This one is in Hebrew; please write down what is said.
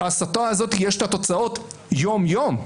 ההסתה הזאת יש לה תוצאות יום-יום.